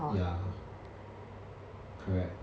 ya correct